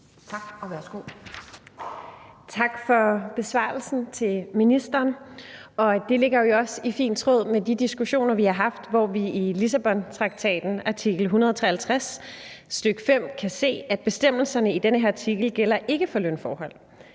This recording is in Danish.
Tak, og værsgo.